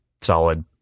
solid